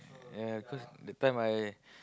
yeah cause that time I